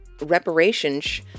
reparations